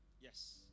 Yes